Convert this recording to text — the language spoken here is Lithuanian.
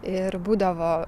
ir būdavo